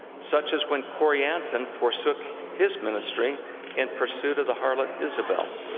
such as when corianton forsook his ministry in pursuit of the harlot isabel.